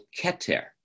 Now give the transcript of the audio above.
Keter